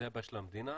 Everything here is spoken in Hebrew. זו הבעיה של המדינה,